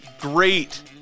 great